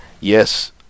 yes